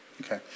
Okay